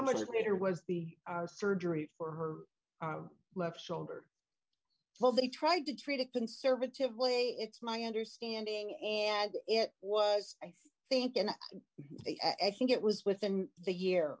much it was the surgery for her left shoulder well they tried to treat a conservative way it's my understanding and it was i think and i think it was within the year